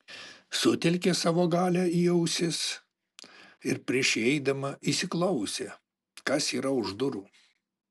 sutelkė savo galią į ausis ir prieš įeidama įsiklausė kas yra už durų